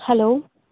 hello